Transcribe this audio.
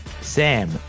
Sam